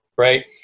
Right